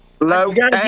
Logan